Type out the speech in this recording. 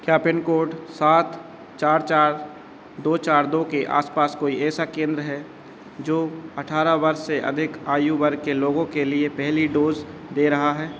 क्या पिनकोड सात चार चार दो चार दो के आस पास कोई ऐसा केंद्र है जो अठारह वर्ष से अधिक आयु वर्ग के लोगों के लिए पहली डोज दे रहा है